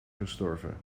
gestorven